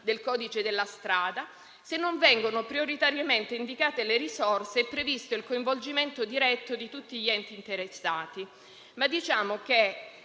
del codice della strada, se non vengono prioritariamente indicate le risorse e previsto il coinvolgimento diretto di tutti gli enti interessati.